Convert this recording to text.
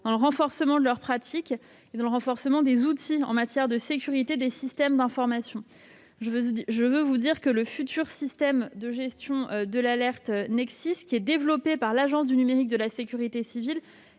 dans le renforcement de leurs pratiques et des outils en matière de sécurité des systèmes d'information. Le futur système de gestion de l'alerte NexSIS, qui est développé par l'Agence du numérique de la sécurité civile